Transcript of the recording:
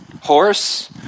horse